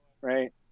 Right